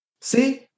See